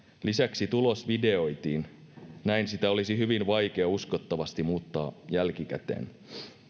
lisäksi tulos videoitiin näin sitä olisi hyvin vaikea uskottavasti muuttaa jälkikäteen